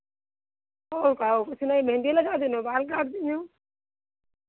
और क्या और कुछ नहीं मेहँदी लगाए देनो बाल काट दिनिहो